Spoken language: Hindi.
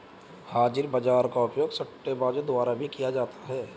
हाजिर बाजार का उपयोग सट्टेबाजों द्वारा भी किया जाता है